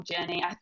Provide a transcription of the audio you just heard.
journey